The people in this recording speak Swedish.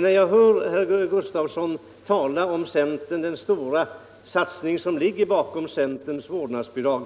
När jag hör herr Gustavsson tala om den stora satsning som ligger bakom centerns vårdnadsbidrag,